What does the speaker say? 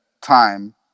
time